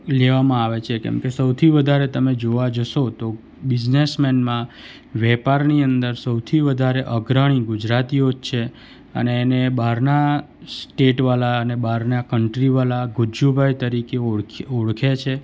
લેવામાં આવે છે કેમ કે સૌથી વધારે તમે જોવા જશો તો બિઝનેસ મેનમાં વેપારની અંદર સૌથી વધારે અગ્રણી ગુજરાતીઓ જ છે અને એને બારના સ્ટેટવાળા અને બારના કન્ટ્રીવાળા ગુજ્જુ ભાઈ તરીકે ઓળખે ઓળખે છે